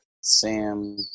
Sam